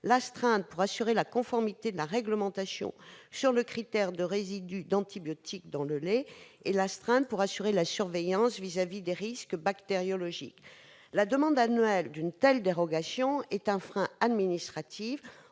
l'astreinte pour assurer la conformité à la réglementation sur le critère de résidus d'antibiotiques dans le lait ; l'astreinte pour assurer la surveillance vis-à-vis des critères bactériologiques. La demande annuelle d'une telle dérogation est donc un frein administratif